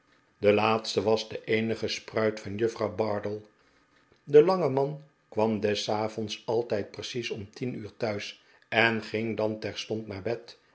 de laatste was de eenige spruit van juffrouw bardell de lange man kwam des avonds altijd precies om tien uur thuis en ging dan terstond naar bed